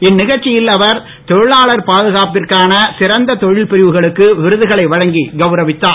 இந்நிகழ்ச்சியில் அவர் தொழிலாளர் பாதுகாப்பிற்கான் சிறந்த தொழில் பிரிவுகளுக்கு விருதுகளை வழங்கி கவுரவித்தார்